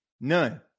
none